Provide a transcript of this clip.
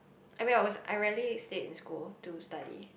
I mean I was I rarely stayed in school to study